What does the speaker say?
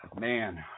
man